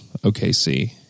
OKC